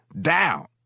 down